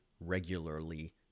regularly